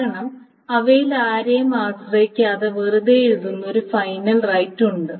കാരണം അവയിൽ ആരെയും ആശ്രയിക്കാതെ വെറുതെ എഴുതുന്ന ഒരു ഫൈനൽ റൈറ്റുണ്ട്